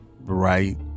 right